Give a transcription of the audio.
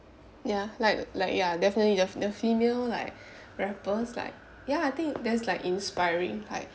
ya like like ya definitely th~ the female like rappers like ya I think that's like inspiring